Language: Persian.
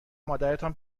مادرتان